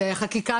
זו חקיקה,